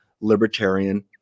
libertarian